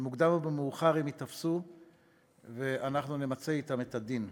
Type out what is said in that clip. במוקדם או במאוחר הם ייתפסו ואנחנו נמצה עמם את הדין.